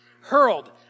hurled